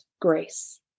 grace